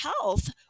health